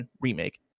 Remake